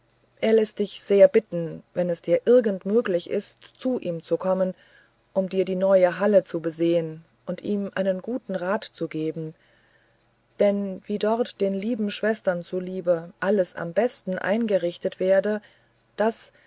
er läßt dich sehr bitten wenn es dir irgend möglich ist zu ihm zu kommen um dir die neue halle zu besehen und ihm einen guten rat zu geben denn wie dort den lieben schwestern zuliebe alles am besten eingerichtet werde das